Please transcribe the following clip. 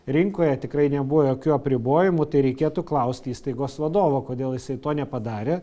rinkoje tikrai nebuvo jokių apribojimų tai reikėtų klausti įstaigos vadovo kodėl jisai to nepadarė